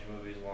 movies